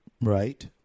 right